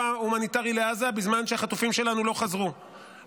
ההומניטרי לעזה בזמן שהחטופים שלנו לא חזרו,